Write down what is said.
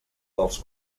dels